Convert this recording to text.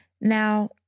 Now